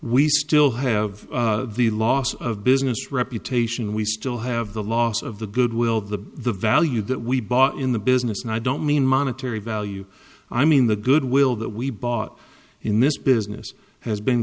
we still have the loss of business reputation we still have the loss of the goodwill of the the value that we bought in the business and i don't mean monetary value i mean the goodwill that we bought in this business has been